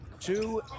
two